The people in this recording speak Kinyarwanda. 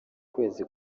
kwezi